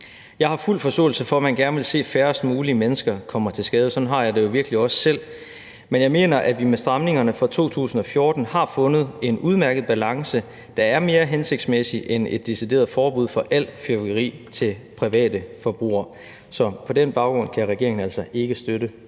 Jeg har fuld forståelse for, at man gerne vil se færrest mulige mennesker komme til skade – sådan har jeg det jo virkelig også selv – men jeg mener, at vi med stramningerne fra 2014 har fundet en udmærket balance, der er mere hensigtsmæssig end et decideret forbud mod alt fyrværkeri til private forbrugere. Så på den baggrund kan regeringen altså ikke støtte